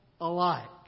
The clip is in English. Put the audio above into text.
alike